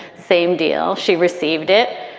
same deal. she received it.